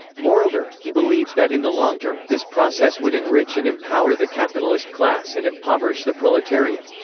moreover, he believed that in the long-term, this process would enrich and empower the capitalist class and impoverish the proletariat.